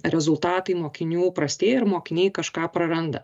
rezultatai mokinių prastėja ir mokiniai kažką praranda